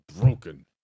broken